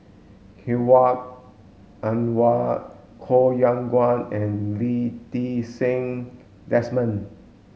Hedwig Anuar Koh Yong Guan and Lee Ti Seng Desmond